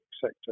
sector